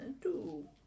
Two